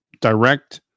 direct